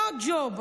לא ג'וב.